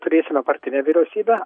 turėsime partinę vyriausybę